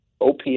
OPS